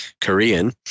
Korean